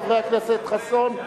חבר הכנסת חסון,